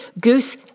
goose